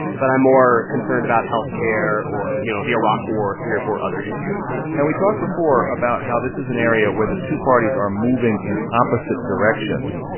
but i'm more concerned about health care or, you know, the iraq war three or four other issues and we talked before about how this is an area where the two parties are moving in opposite directions.